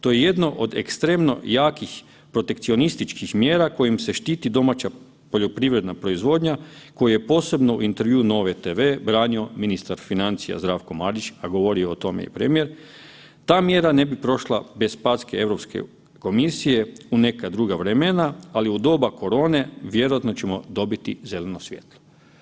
To je jedno od ekstremno jakih protekcionističkih mjera kojim se štiti domaća poljoprivredna proizvodnja koji je posebno u intervjuu „Nove TV“ branio ministar financija Zdravko Marić, a govorio je o tome i premijer, ta mjera ne bi prošla bez packe Europske komisije u neka druga vremena, ali u doba korone vjerojatno ćemo dobiti zeleno svjetlo.